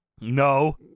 No